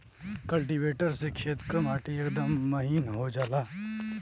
cultivator से खेत क माटी एकदम महीन हो जाला